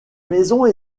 maisons